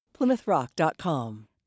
PlymouthRock.com